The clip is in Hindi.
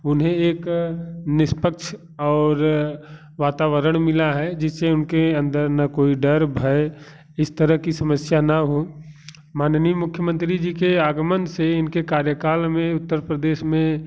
उन्हें एक निष्पक्ष और वातावरण मिला है जिससे उनके अंदर ना कोई डर भय इस तरह की समस्या ना हो माननीय मुख्यमंत्री जी के आगमन से इनके कार्य काल में उत्तर प्रदेश में